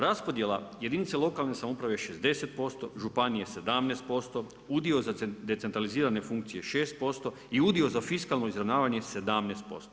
Raspodjela jedinice lokalne samouprave 60%, županije 17%, udio za decentralizirane funkcije 6% i u dio za fiskalno izravnavanje 17%